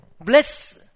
bless